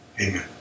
Amen